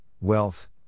wealth